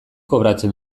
kobratzen